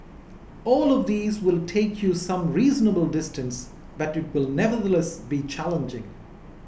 all of these will take you some reasonable distance but it will nevertheless be challenging